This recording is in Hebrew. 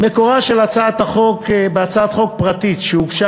מקורה של הצעת החוק בהצעת חוק פרטית שהוגשה